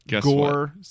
Gore